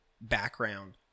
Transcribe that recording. background